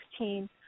2016